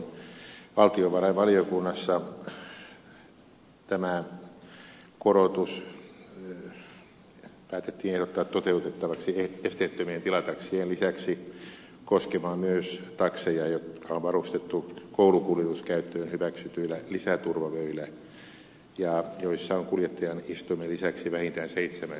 valtiovarainvaliokunnassa tämä korotus päätettiin ehdottaa toteutettavaksi esteettömien tilataksien lisäksi koskemaan myös takseja jotka on varustettu koulukuljetuskäyttöön hyväksytyillä lisäturvavöillä ja joissa on kuljettajan istuimen lisäksi vähintään seitsemän istuinpaikkaa